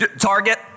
Target